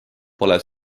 pole